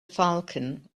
falcon